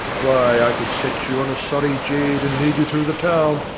why, i could set you on a sorry jade and lead you through the town,